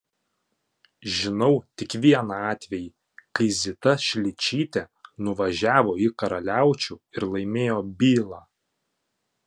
žinau tik vieną atvejį kai zita šličytė nuvažiavo į karaliaučių ir laimėjo bylą